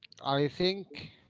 i think,